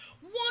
One